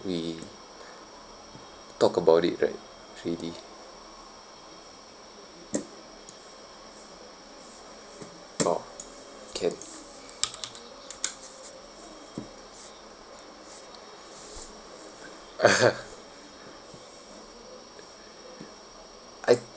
we talked about it right three D orh can I